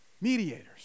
Mediators